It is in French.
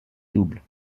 double